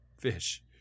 fish